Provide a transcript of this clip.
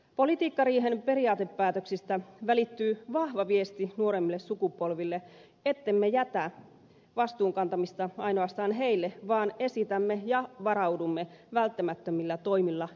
politiikkariihen periaatepäätöksistä välittyy vahva viesti nuoremmille sukupolville ettemme jätä vastuun kantamista ainoastaan heille vaan varaudumme välttämättömillä toimilla jo nyt